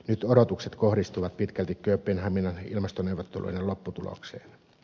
nyt odotukset kohdistuvat pitkälti kööpenhaminan ilmastoneuvotteluiden lopputulokseen